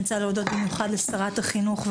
אני רוצה להודות במיוחד לשרת החינוך,